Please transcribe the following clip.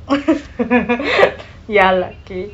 oh ya luckily